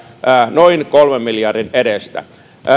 noin kolmen miljardin edestä